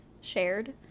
shared